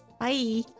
Bye